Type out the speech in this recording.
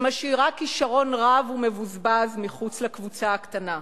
שמשאירה כשרון רב ומבוזבז מחוץ לקבוצה הקטנה.